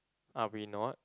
are we not